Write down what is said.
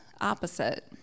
opposite